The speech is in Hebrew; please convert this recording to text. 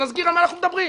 ונזכיר על מה אנחנו מדברים.